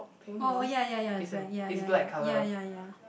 oh oh ya ya ya is black ya ya ya ya ya ya